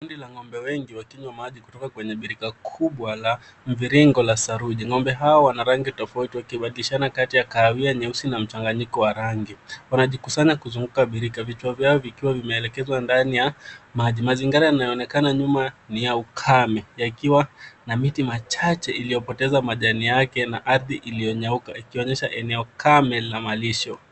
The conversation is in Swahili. Kundi la ng'ombe wengi wakinywa maji kutoka kwenye birika kubwa la mviringo la saruji. Ng'ombe hao wana rangi tofauti wakishana katika ya kahawia nyeusi na mchanganyiko wa rangi. Wanajikusanya kuzunguka birika, vichwa vyao vikiwa vimeelekezwa ndani ya maji. Mazingara yanaonekana nyuma ni ya ukame, yakiwa na miti machache iliyopoteza majani yake na ardhi iliyonyauka, ikionyesha eneo kame la malisho.